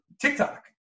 TikTok